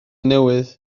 newydd